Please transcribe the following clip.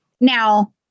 now